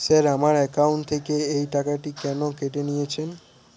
Sir আমার account থেকে এই টাকাটি কেন কেটে নিয়েছেন?